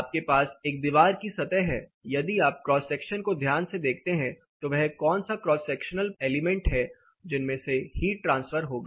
आपके पास एक दीवार की सतह है यदि आप क्रॉस सेक्शन को ध्यान से देखते हैं तो वह कौन से क्रॉस सेक्शनल एलिमेंट है जिनमें से हीट ट्रांसफर होगा